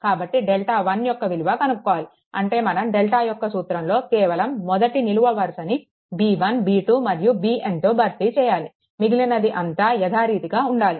కాబట్టి డెల్టా1 యొక్క విలువ కనుక్కోవాలి అంటే మనం డెల్టా యొక్క సూత్రంలో కేవలం మొదటి నిలువ వరుసను b1 b2 మరియు bn తో భర్తీ చేయాలి మిగిలినది అంతా యథా రీతిగా ఉండాలి